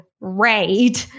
raid